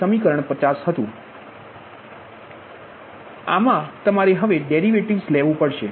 સમીકરણ 50 તેથી આમાં તમારે હવે ડેરિવેટિવ લેવું પડશે